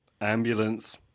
Ambulance